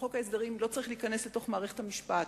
חוק ההסדרים לא צריך להיכנס לתוך מערכת המשפט.